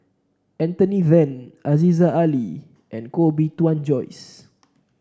Anthony Then Aziza Ali and Koh Bee Tuan Joyce